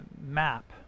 map